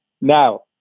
now